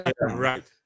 right